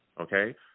okay